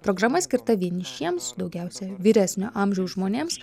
programa skirta vienišiems daugiausiai vyresnio amžiaus žmonėms